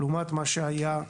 לעומת מה שהיה בעבר,